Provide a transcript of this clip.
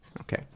Okay